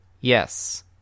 Yes